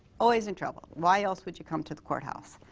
always in trouble. why else would you come to the courthouse.